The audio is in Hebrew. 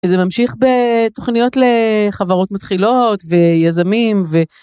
וזה ממשיך בתוכניות לחברות מתחילות ויזמים ו...